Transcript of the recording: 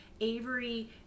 avery